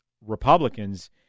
Republicans